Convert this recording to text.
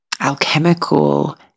alchemical